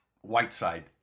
Whiteside